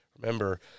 Remember